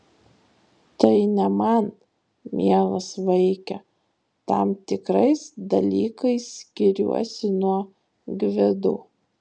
tai ne man mielas vaike tam tikrais dalykais skiriuosi nuo gvido